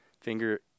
finger